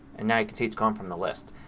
now you'll see it's gone from the list.